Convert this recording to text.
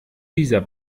dieser